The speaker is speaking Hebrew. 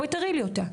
בואי תראי לי אותה.